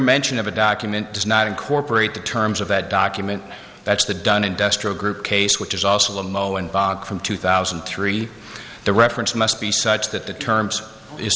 mention of a document does not incorporate the terms of that document that's the done industrial group case which is also a mo and from two thousand and three the reference must be such that the terms